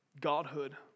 godhood